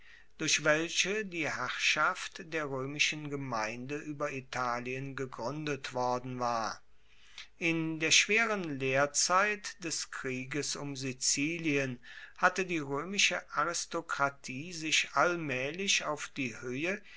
durch welche die herrschaft der roemischen gemeinde ueber italien gegruendet worden war in der schweren lehrzeit des krieges um sizilien hatte die roemische aristokratie sich allmaehlich auf die hoehe